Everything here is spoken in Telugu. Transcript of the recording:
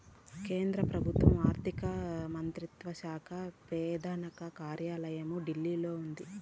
కేంద్ర పెబుత్వ ఆర్థిక మంత్రిత్వ శాక పెదాన కార్యాలయం ఢిల్లీలో ఉన్నాది